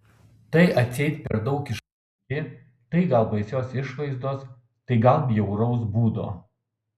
tai atseit per daug išranki tai gal baisios išvaizdos tai gal bjauraus būdo